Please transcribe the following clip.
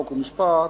חוק ומשפט,